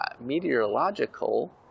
meteorological